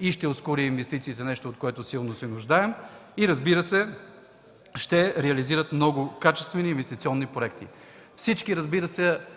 и ускори инвестициите – нещо, от което силно се нуждаем, и, разбира се, ще реализират много качествени инвестиционни проекти. Всички